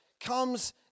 comes